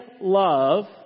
love